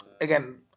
Again